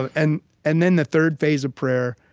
and and then the third phase of prayer,